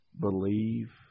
believe